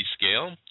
scale